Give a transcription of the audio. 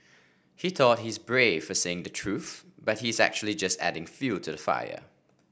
he thought he's brave for saying the truth but he's actually just adding fuel to the fire